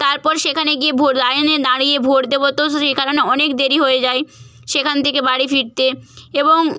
তারপর সেখানে গিয়ে লাইনে দাঁড়িয়ে ভোট দেবো তো সে কারণে অনেক দেরি হয়ে যায় সেখান থেকে বাড়ি ফিরতে এবং